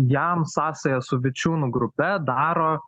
jam sąsaja su vičiūnų grupe daro